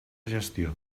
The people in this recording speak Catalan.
gestió